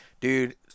dude